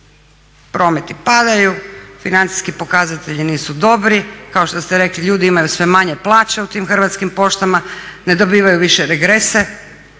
Prometi padaju, financijski pokazatelji nisu dobri, kao što ste rekli ljudi imaju sve manje plaća u tim Hrvatskim poštama, ne dobivaju više regrese,